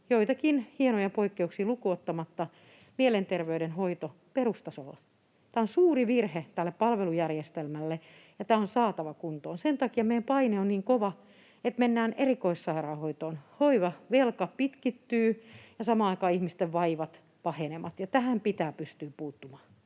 joitakin hienoja poikkeuksia lukuun ottamatta mielenterveyden hoito. Tämä on suuri virhe tälle palvelujärjestelmälle, ja tämä on saatava kuntoon. Sen takia meidän paine on niin kova, että mennään erikoissairaanhoitoon. Hoivavelka pitkittyy, ja samaan aikaan ihmisten vaivat pahenevat, ja tähän pitää pystyä puuttumaan.